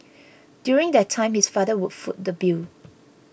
during that time his father would foot the bill